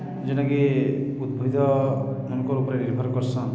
ଯେଉଁଟାକି ଉଦ୍ଭିଦମାନଙ୍କ ଉପରେ ନିର୍ଭର କରସନ୍